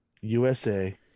USA